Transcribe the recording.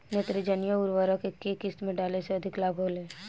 नेत्रजनीय उर्वरक के केय किस्त में डाले से अधिक लाभ होखे?